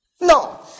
No